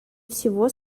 всего